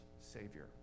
Savior